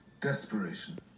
desperation